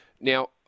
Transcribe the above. Now